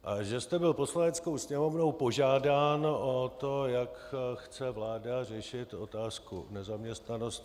A že jste byl Poslaneckou sněmovnou požádán o to, jak chce vláda řešit otázku nezaměstnanosti.